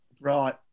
Right